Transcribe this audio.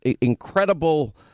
incredible